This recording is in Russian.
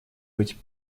быть